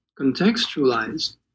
contextualized